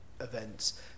Events